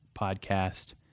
podcast